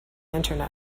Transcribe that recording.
internet